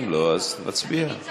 אם לא, אז נצביע.